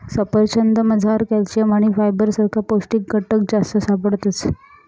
सफरचंदमझार कॅल्शियम आणि फायबर सारखा पौष्टिक घटक जास्त सापडतस